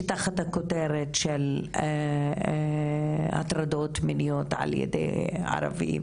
שתחת הכותרת של הטרדות מיניות על ידי ערבים